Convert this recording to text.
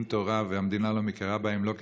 תורה והמדינה לא מכירה בהם לא כסטודנטים,